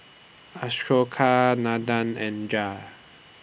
Ashoka Nandan and Raj